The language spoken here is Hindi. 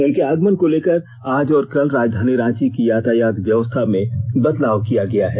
उनके आगमन को लेकर आज और कल राजधानी रांची की यातायात व्यवस्था में बदलाव किया गया है